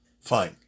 Fine